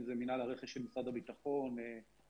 אם זה מנהל הרכש של משרד הביטחון וגופי